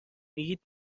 میگید